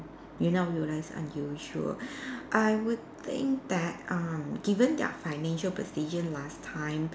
you now realise unusual I would think that err given their financial position last time